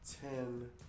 ten